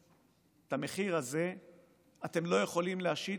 לכם: את המחיר הזה אתם לא יכולים להשית,